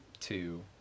Two